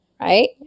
right